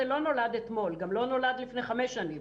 לא נולד אתמול וגם לא לפני חמש שנים.